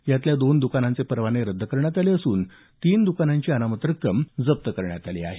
यातल्या दोन दुकानांचे परवाने रद्द करण्यात आले असून तीन दुकानांची अनामत रक्कम जप्त करण्यात आली आहे